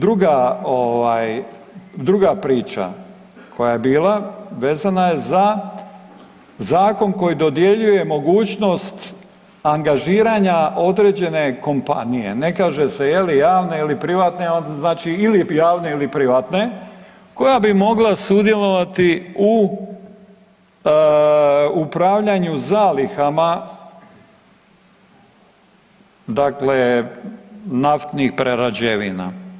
Druga, druga ovaj, druga priča koja je bila vezana je za zakon koji dodjeljuje mogućnost angažiranja određene kompanije, ne kaže se je li javne ili privatne, onda znači ili javne ili privatne koja bi mogla sudjelovati u upravljanju zalihama, dakle naftnih prerađevina.